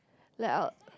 like I'll